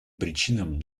причинам